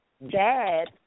bad